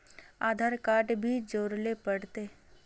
आधार card भी जोरबे ले पड़ते?